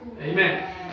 Amen